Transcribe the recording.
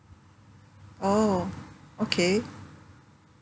oh okay